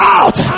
out